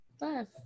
love